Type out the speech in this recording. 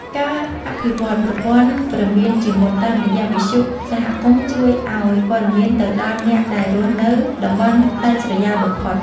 ការអភិវឌ្ឍប្រព័ន្ធព្រមានជាមុនតាមរយៈវិទ្យុសហគមន៍ជួយឱ្យព័ត៌មានទៅដល់អ្នកដែលរស់នៅតំបន់ដាច់ស្រយាលបំផុត។